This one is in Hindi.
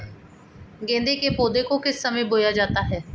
गेंदे के पौधे को किस समय बोया जाता है?